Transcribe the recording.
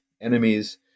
enemies